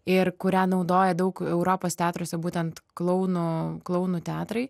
ir kurią naudoja daug europos teatruose būtent klounų klounų teatrai